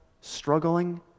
struggling